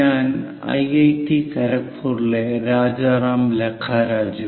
ഞാൻ ഐഐടി ഖരഗ്പൂരിലെ രാജരാം ലക്കരാജു